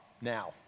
now